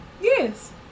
Yes